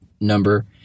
number